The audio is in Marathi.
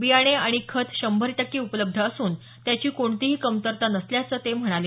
बियाणे आणि खत शंभर टक्के उपलब्ध असून त्याची कोणतीही कमतरता नसल्याचं ते म्हणाले